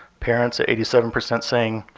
parents at eighty seven percent saying,